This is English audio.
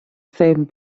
same